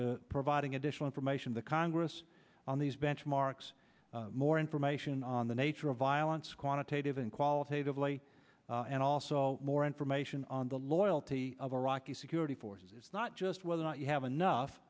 to providing additional information to congress on these benchmarks more information on the nature of violence quantitative and qualitative lay and also more information on the loyalty of iraqi security forces not just whether or not you have enough